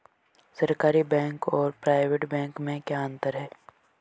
सरकारी बैंक और private bank में क्या क्या अंतर हैं?